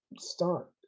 start